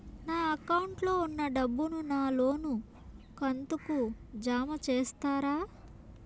నా అకౌంట్ లో ఉన్న డబ్బును నా లోను కంతు కు జామ చేస్తారా?